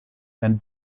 and